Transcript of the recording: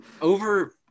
over